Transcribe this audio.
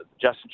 Justin